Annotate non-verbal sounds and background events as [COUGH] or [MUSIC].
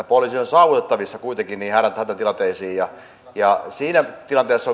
[UNINTELLIGIBLE] poliisi on saavutettavissa kuitenkin niihin hätätilanteisiin siinä tilanteessa [UNINTELLIGIBLE]